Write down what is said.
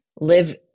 live